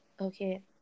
Okay